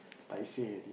like say already